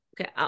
okay